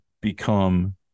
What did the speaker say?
become